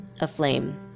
aflame